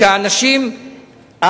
שאנשים,